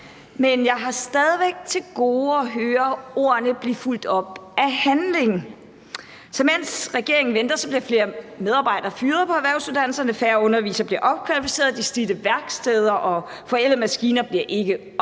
Men jeg har stadig væk til gode at høre ordene blive fulgt op af handling. Så mens regeringen venter, bliver flere medarbejdere på erhvervsuddannelserne fyret, færre undervisere bliver opkvalificeret, de slidte værksteder og de forældede maskiner bliver ikke opdateret,